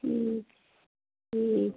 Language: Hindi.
ठीक ठीक है